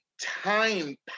time